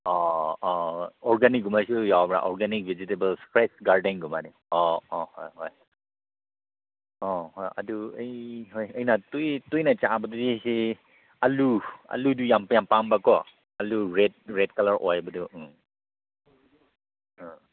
ꯑꯣ ꯑꯣ ꯑꯣꯔꯒꯥꯅꯤꯛꯒꯨꯝꯕꯁꯨ ꯌꯥꯎꯕ꯭ꯔꯥ ꯑꯣꯔꯒꯥꯅꯤꯛ ꯕꯤꯖꯤꯇꯦꯕꯜꯁ ꯒꯥꯔꯗꯤꯡꯒꯨꯝꯕꯅꯤ ꯑꯣ ꯑꯣ ꯍꯣꯏ ꯍꯣꯏ ꯑꯣ ꯍꯣꯏ ꯑꯗꯨ ꯑꯩ ꯍꯣꯏ ꯑꯩꯅ ꯇꯣꯏꯅ ꯆꯥꯕꯗꯨꯗꯤ ꯁꯤ ꯑꯥꯂꯨ ꯑꯥꯂꯨꯗꯨ ꯌꯥꯝ ꯄꯥꯝꯕꯀꯣ ꯑꯥꯂꯨ ꯔꯦꯠ ꯔꯦꯠꯀꯂꯔ ꯑꯣꯏꯕꯗꯨ ꯎꯝ ꯑ